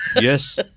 yes